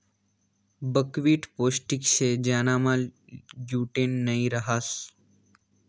buckwheat पोष्टिक शे ज्यानामा ग्लूटेन नयी रहास